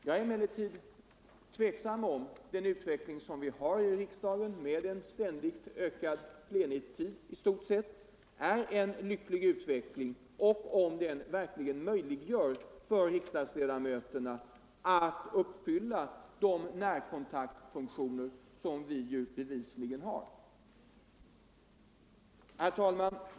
Jag ifrågasätter om den utveckling vi har i riksdagen med en i stort sett ständigt ökad plenitid är en lycklig utveckling och om den verkligen möjliggör för riksdagsledamöterna att fylla de närkontaktfunktioner som vi bevisligen har.